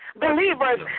believers